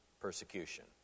persecution